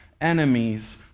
enemies